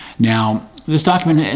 now this document,